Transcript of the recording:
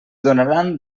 donaran